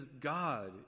god